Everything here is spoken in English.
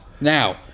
Now